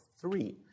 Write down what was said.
three